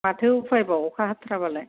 माथो उफायबाव अखा हाथ्राबालाय